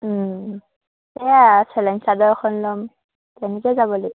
এইয়া আৰু চেলেং চাদৰ এখন ল'ম তেনেকৈয়ে যাব লাগিব